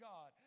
God